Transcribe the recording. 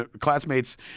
classmates